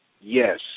Yes